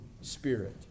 Spirit